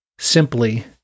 simply